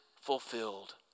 fulfilled